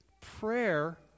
prayer